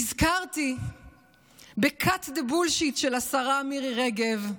נזכרתי בcut the bullshit- של השרה מירי רגב.